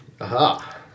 Aha